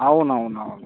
అవును అవును అవును